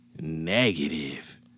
Negative